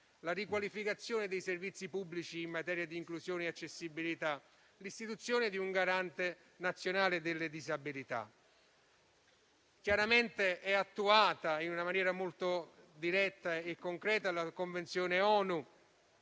la riqualificazione dei servizi pubblici in materia di inclusione e accessibilità; l'istituzione di un Garante nazionale delle disabilità. Chiaramente viene attuata in maniera molto diretta e concreta la Convenzione ONU